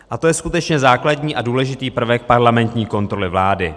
A to je skutečně základní a důležitý prvek parlamentní kontroly vlády.